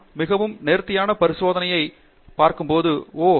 நாம் மிகவும் நேர்த்தியான பரிசோதனையைப் பார்க்கும்போது ஓ